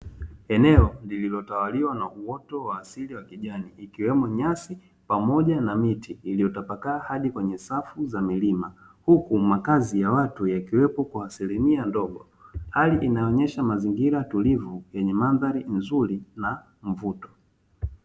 Eneo lililotawaliwa na uoto wa asili wa kijani, ikwemo nyasi pamoja na miti iliyotapakaa hadi kwenye safu za milima, huku makazi ya watu yakiwepo kwa asilimia ndogo. Hali inayoonyesha mazingira tulivu yenye mandhari nzuri na mvuto.